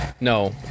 No